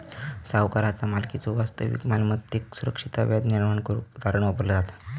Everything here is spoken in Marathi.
सावकाराचा मालकीच्यो वास्तविक मालमत्तेत सुरक्षितता व्याज निर्माण करुक तारण वापरला जाता